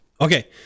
Okay